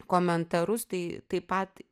komentarus tai taip pat